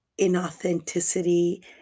inauthenticity